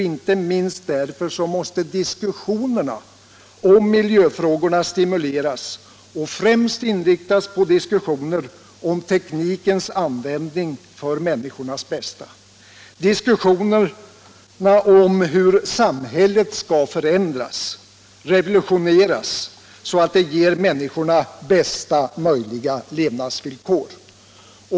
Inte minst därför måste diskussionerna om miljöfrågorna stimuleras och främst inriktas på diskussioner om teknikens användning för människornas bästa, på diskussioner om hur samhället skall förändras, revolutioneras, så att det ger människorna bästa möjliga levnadsvillkor.